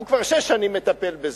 הוא כבר שש שנים מטפל בזה.